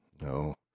No